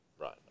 Right